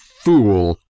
Fool